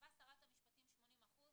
קבעה שרת המשפטים 80%?